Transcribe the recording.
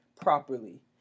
properly